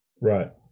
Right